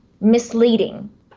misleading